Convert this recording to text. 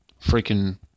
freaking